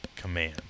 Command